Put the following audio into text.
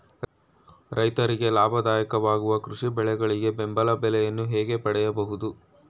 ರೈತರಿಗೆ ಲಾಭದಾಯಕ ವಾಗುವ ಕೃಷಿ ಬೆಳೆಗಳಿಗೆ ಬೆಂಬಲ ಬೆಲೆಯನ್ನು ಹೇಗೆ ಪಡೆಯಬಹುದು?